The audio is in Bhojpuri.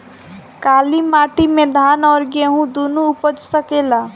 काली माटी मे धान और गेंहू दुनो उपज सकेला?